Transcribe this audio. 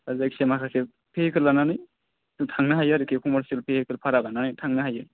दा जायखिजाया माखासे भेहिकेल लानानै जों थांनो हायो आरो खि कमारसियेल भेहिकेल भारा लाना थांनो हायो